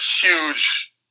huge